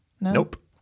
Nope